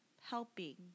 helping